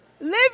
live